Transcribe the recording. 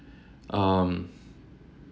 um